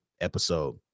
episode